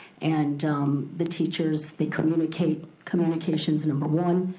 and the teachers, they communicate. communication's number one,